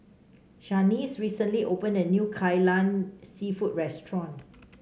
Shanice recently opened a new Kai Lan seafood restaurant